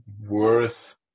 worth